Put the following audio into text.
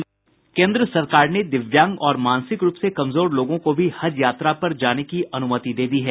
केन्द्र सरकार ने दिव्यांग और मानसिक रूप से कमजोर लोगों को भी हज यात्रा पर जाने की अनुमति दे दी है